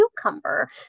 cucumber